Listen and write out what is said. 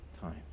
time